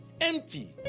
empty